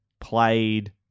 played